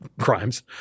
crimes